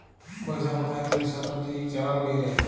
পইসা কোথায় দিলে সেটর যে ইক চালাল বেইরায়